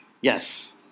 Yes